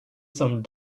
some